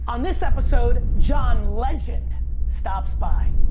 on this episode, john legend stops by.